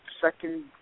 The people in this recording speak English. second